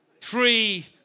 three